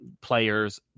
players